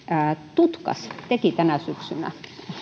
tutkas teki tänä syksynä